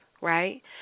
right